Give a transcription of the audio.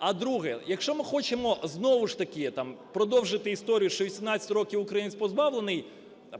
А друге. Якщо ми хочемо знову ж таки продовжити історію, що 18 років українець позбавлений